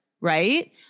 Right